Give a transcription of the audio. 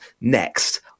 next